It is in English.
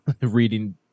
reading